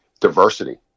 diversity